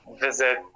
visit